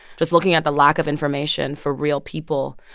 just looking at the lack of information for real people,